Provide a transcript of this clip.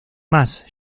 más